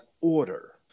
order